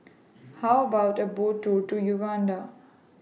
How about A Boat Tour to Uganda